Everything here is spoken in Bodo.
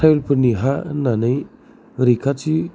ट्राइबेल फोरनि हा होननानै रैखाथि